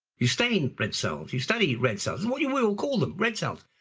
you stain red cells, you study red cells. what you will call them? red cells.